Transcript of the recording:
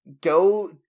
go